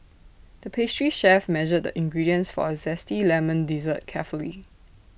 the pastry chef measured the ingredients for A Zesty Lemon Dessert carefully